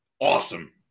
awesome